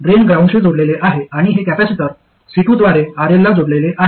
drain ग्राउंडशी जोडलेले आहे आणि हे कॅपेसिटर C2 द्वारे RL ला जोडलेले आहे